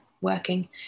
working